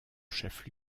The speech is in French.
chef